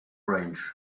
range